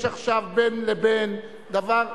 יש עכשיו בין לבין דבר,